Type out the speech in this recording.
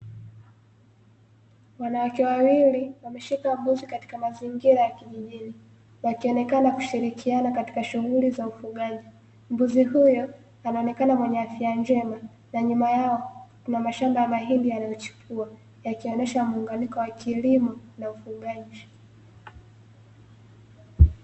Wanawake wawili wameshika mbuzi katika mazingira ya kijijini wakionekana kushirikia katika shunghuli za ufugaji. Mbuzi huyo anaonekana mwenye afya njema, na nyuma yao kuna mashamba ya mahindi yanayochipua, yakionyesha muunganiko wa kilimo na ufugaji.